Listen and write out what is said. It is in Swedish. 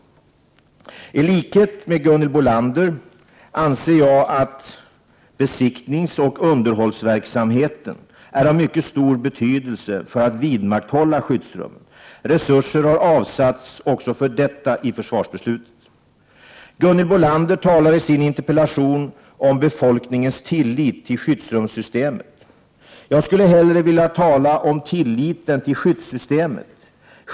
I likhet med Gunhild Bolander anser jag att besiktningsoch underhållsverksamheten är av mycket stor betydelse för att vidmakthålla skyddsrummen. Resurser har avsatts också för detta i försvarsbeslutet. Gunhild Bolander talar i sin interpellation om befolkningens tillit till skyddsrumssystemet. Jag skulle hellre vilja tala om tilliten till skyddssystemet.